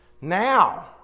Now